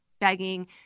begging